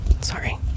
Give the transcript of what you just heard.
Sorry